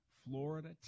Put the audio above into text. Florida